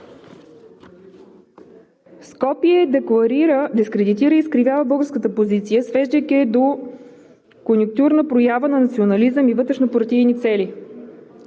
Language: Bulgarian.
Скопие дискредитира и изкривява българската позиция, свеждайки я до конюнктурна проява на национализъм и вътрешнопартийни цели.